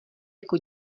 jako